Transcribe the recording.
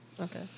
Okay